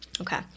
Okay